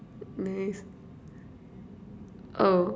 oh